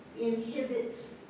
inhibits